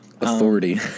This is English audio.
authority